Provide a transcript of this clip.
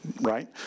right